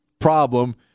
problem